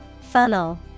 Funnel